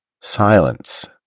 silence